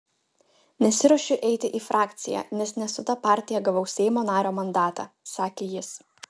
nesiruošiu eiti į frakciją nes ne su ta partija gavau seimo nario mandatą sakė jis